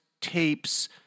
tapes